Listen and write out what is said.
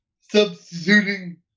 substituting